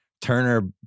Turner